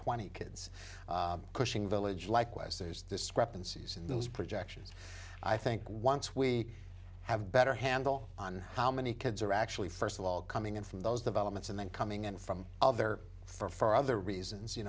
twenty kids cushing village likewise there's discrepancies in those projections i think once we have better handle on how many kids are actually first of all coming in from those developments and then coming in from other for other reasons you